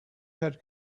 had